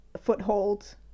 foothold